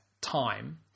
time